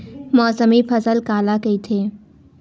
मौसमी फसल काला कइथे?